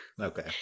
Okay